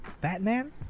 Batman